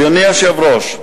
אדוני היושב-ראש,